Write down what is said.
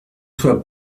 soit